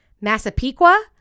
Massapequa